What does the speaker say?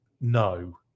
No